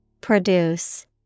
Produce